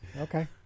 Okay